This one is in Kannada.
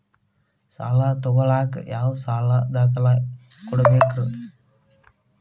ಸಾಲ ತೊಗೋಳಾಕ್ ಯಾವ ಯಾವ ದಾಖಲೆ ಕೊಡಬೇಕ್ರಿ?